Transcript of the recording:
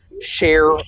share